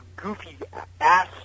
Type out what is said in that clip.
goofy-ass